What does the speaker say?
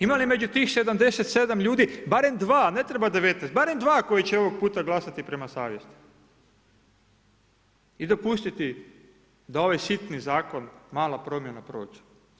Ima li među tih 77 ljudi barem 2 ne treba 19, barem 2 koja će ovaj puta glasati prema savjesti i dopustiti da ovaj sitni zakon, mala promjena prođe?